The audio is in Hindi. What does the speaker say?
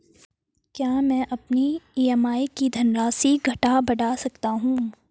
क्या मैं अपनी ई.एम.आई की धनराशि घटा बढ़ा सकता हूँ?